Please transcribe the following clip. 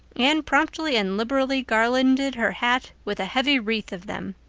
anne promptly and liberally garlanded her hat with a heavy wreath of them.